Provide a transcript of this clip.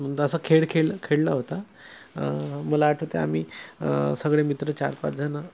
असा खेळ खेळ खेळला होता मला आठवते आम्ही सगळे मित्र चार पाचजणं